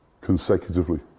consecutively